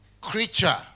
creature